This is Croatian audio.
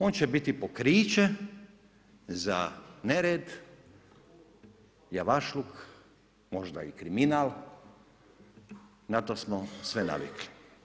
On će biti pokriće za nered, javašluk, možda i kriminal, na to smo sve navikli.